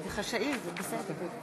אנחנו היום עושים רק הצבעות שמיות,